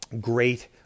great